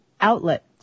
outlet